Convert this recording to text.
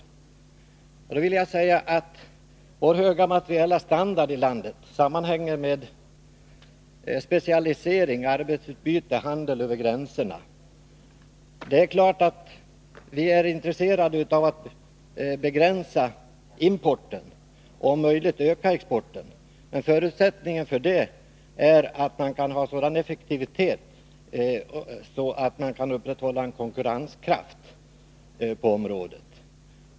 Jag vill med anledning av det peka på att den höga materiella standard som vi har i vårt land sammanhänger med specialisering, arbetsutbyte och handel Över gränserna. Självfallet är vi intresserade av att begränsa importen och om möjligt öka exporten, men förutsättningen för det är att man kan ha en sådan effektivitet att man kan upprätthålla en konkurrenskraft på området.